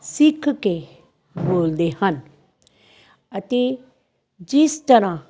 ਸਿੱਖ ਕੇ ਬੋਲਦੇ ਹਨ ਅਤੇ ਜਿਸ ਤਰ੍ਹਾਂ